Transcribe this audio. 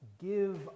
Give